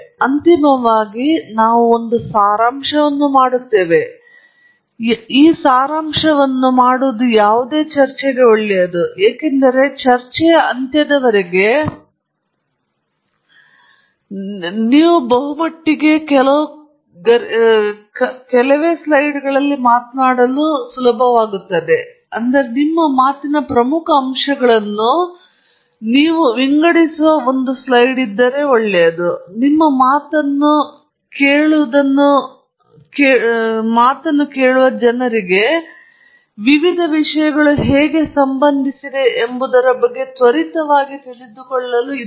ಮತ್ತು ಅಂತಿಮವಾಗಿ ನಾವು ಒಂದು ಸಾರಾಂಶವನ್ನು ಮಾಡುತ್ತೇನೆ ಇದು ಯಾವುದೇ ಚರ್ಚೆಗೆ ಒಳ್ಳೆಯದು ಏಕೆಂದರೆ ಚರ್ಚೆಯ ಅಂತ್ಯದವರೆಗೆ ಕೇವಲ ಒಂದು ಸ್ಲೈಡ್ ಆಗಿರುವುದು ಒಳ್ಳೆಯದು ಒಂದು ಸ್ಲೈಡ್ ಬಹುಮಟ್ಟಿಗೆ ನೀವು ಹಾಕಬೇಕು ಗರಿಷ್ಠ ಎರಡು ಸ್ಲೈಡ್ಗಳು ಆದರೆ ನಿಮ್ಮ ಮಾತಿನ ಪ್ರಮುಖ ಅಂಶಗಳನ್ನು ನೀವು ವಿಂಗಡಿಸುವ ಒಂದು ಸ್ಲೈಡ್ ಆಗಿದ್ದು ಆದ್ದರಿಂದ ನಿಮ್ಮ ಮಾತನ್ನು ಕೇಳುವುದನ್ನು ಮುಗಿಸುವ ಜನರಿಗೆ ವಿವಿಧ ವಿಷಯಗಳನ್ನು ಹೇಗೆ ಸಂಬಂಧಿಸಿದೆ ಎಂಬುದರ ಬಗ್ಗೆ ತ್ವರಿತವಾಗಿ ತಿಳಿದುಕೊಳ್ಳಲು ಸಾಧ್ಯವಿದೆ